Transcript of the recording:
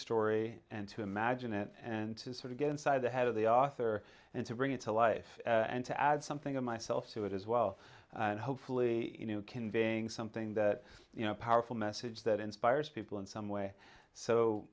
story and to imagine it and to sort of get inside the head of the author and to bring it to life and to add something of myself to it as well and hopefully you know conveying something that you know a powerful message that inspires people in some way so